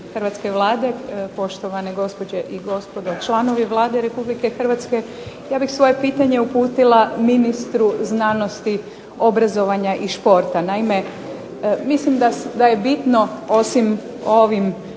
Hrvatske vlade, poštovane gospođe i gospodo članovi Vlade Republike Hrvatske. Ja bih svoje pitanje uputila ministru znanosti, obrazovanja i športa. Naime, mislim da je bitno osim o ovim